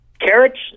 carrots